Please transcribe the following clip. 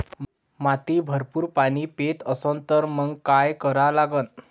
माती भरपूर पाणी पेत असन तर मंग काय करा लागन?